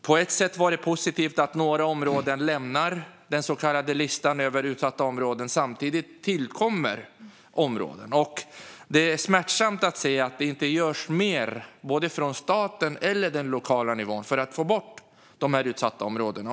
På ett sätt var bilden positiv, eftersom några områden lämnat listan över så kallat utsatta områden - men samtidigt tillkommer områden. Det är smärtsamt att se att det inte görs mer vare sig från staten eller från den lokala nivån för att få bort dessa utsatta områden.